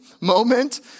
moment